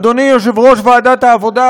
אדוני יושב-ראש ועדת העבודה,